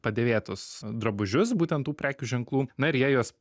padėvėtus drabužius būtent tų prekių ženklų na ir jie juos